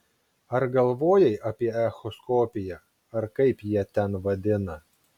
ar galvojai apie echoskopiją ar kaip jie ten vadina